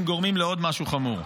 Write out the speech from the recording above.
גורמת לעוד משהו חמור,